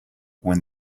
when